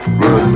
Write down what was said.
run